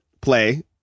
Play